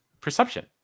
Perception